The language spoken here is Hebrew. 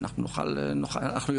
אנחנו נוכל,